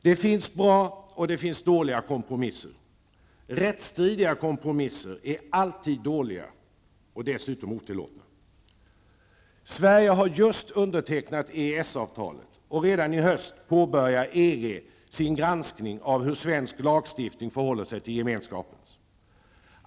Det finns bra och dåliga kompromisser. Rättsstridiga kompromisser är emellertid alltid dåliga och dessutom otillåtna. Sverige har just undertecknat EES-avtalet, och redan i höst påbörjar EG sin granskning av hur svensk lagstiftning förhåller sig till Gemenskapens.